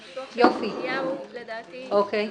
הניתוח לדעתי הוא מאוזן.